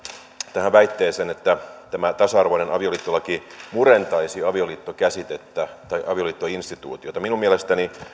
tähän väitteeseen että tämä tasa arvoinen avioliittolaki murentaisi avioliittokäsitettä tai avioliittoinstituutiota minun mielestäni